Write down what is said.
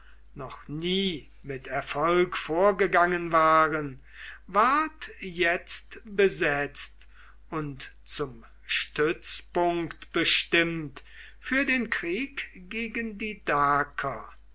noch nie mit erfolg vorgegangen waren ward jetzt besetzt und zum stützpunkt bestimmt für den krieg gegen die daker